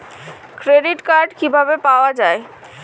Credit card কিভাবে পাওয়া য়ায়?